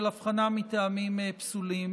של הבחנה מטעמים פסולים.